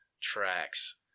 tracks